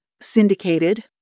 syndicated